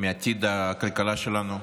מעתיד הכלכלה שלנו,